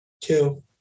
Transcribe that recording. Two